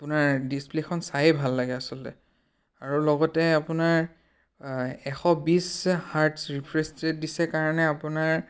আপোনাৰ ডিছপ্লেখন চায়েই ভাল লাগে আচলতে আৰু লগতে আপোনাৰ এশ বিছ হাৰ্টজ্ ৰিফ্ৰেছ ৰে'ট দিছে কাৰণে আপোনাৰ